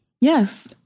Yes